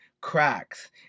cracks